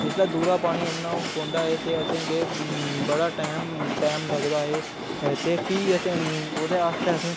जिसलै दूरा पानी आह्न्ना पौंदा ऐ ते असें गी बड़ा टाइम टाइम लगदा ऐ ते फ्ही असें ओह्दे आस्तै असें